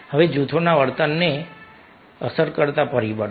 હવે જૂથના વર્તનને અસર કરતા વધુ પરિબળો